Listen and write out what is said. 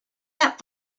that